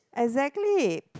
exactly